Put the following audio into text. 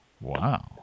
Wow